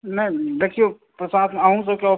नहि देखियौ अहुँ सभके